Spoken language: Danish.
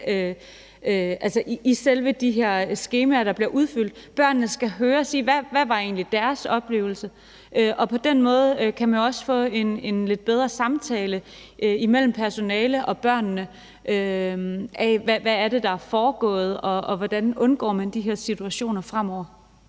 i selve de her skemaer, der bliver udfyldt. Børnene skal høres om: Hvad var egentlig deres oplevelse? Og på den måde kan man jo også få en lidt bedre samtale imellem personalet og børnene om: Hvad er det, der er foregået, og hvordan undgår man de her situationer fremover?